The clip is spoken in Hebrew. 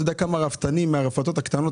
אתה יודע כמה רפתנים מהרפתות הקטנות